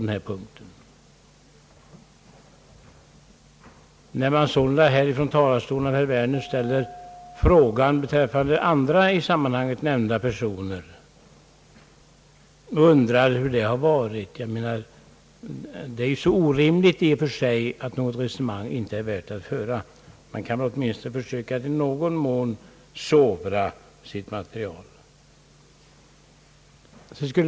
När herr Werner här från talarstolen ställer frågan hur släktskapsförhållandena kunnat påverka bedömningen av vissa namngivna personer så är det så orimligt i och för sig, att något resonemang härom inte är värt att föra. Man bör väl åtminstone försöka att i någon mån sovra sitt material.